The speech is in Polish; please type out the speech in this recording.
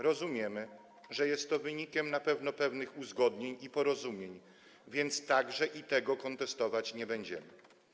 Rozumiemy, że jest to wynikiem na pewno pewnych uzgodnień i porozumień, więc także tego kontestować nie będziemy.